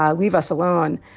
ah leave us alone,